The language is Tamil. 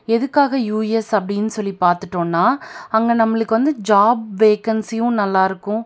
எதுக்காக யுஎஸ் அப்படின்னு சொல்லி பார்த்துட்டோம்னா அங்கே நம்மளுக்கு அந்த ஜாப் வேக்கன்ஸியும் நல்லாயிருக்கும்